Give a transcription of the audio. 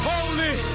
Holy